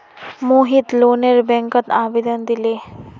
मोहित लोनेर बैंकत आवेदन दिले